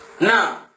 Now